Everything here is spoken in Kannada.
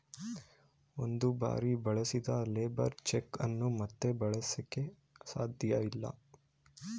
ಒಂದು ಸಾರಿ ಬಳಸಿದ ಲೇಬರ್ ಚೆಕ್ ಅನ್ನು ಮತ್ತೆ ಬಳಸಕೆ ಸಾಧ್ಯವಿಲ್ಲ